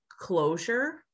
closure